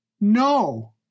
No